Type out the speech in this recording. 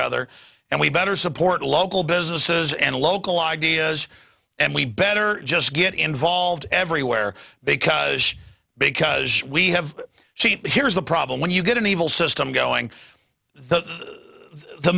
other and we better support local businesses and local ideas and we better just get involved everywhere because because we have cheap here's the problem when you get an evil system going the the